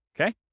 Okay